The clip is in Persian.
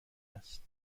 است